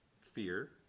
fear